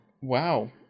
Wow